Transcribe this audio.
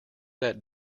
that